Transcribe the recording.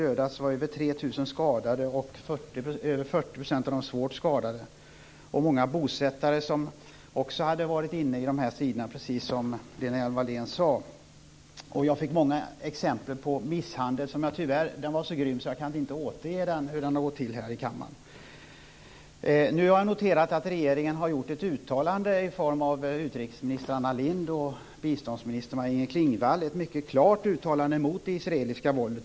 Det var över 3 000 skadade, och över 40 % av dem var svårt skadade. Många bosättare hade också varit inne på de här sidorna, som Lena Hjelm-Wallén sade. Jag fick många exempel på misshandel, som var så grym att jag inte kan återge det här i kammaren. Jag har noterat att regeringen har gjort ett mycket klart uttalande från utrikesminister Anna Lindh och biståndsminister Maj-Inger Klingvall mot det israeliska våldet.